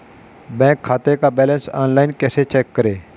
Bank खाते का balance online कैसे चेक करें?